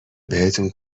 بهتون